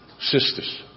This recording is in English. sisters